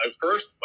first